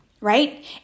Right